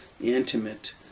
intimate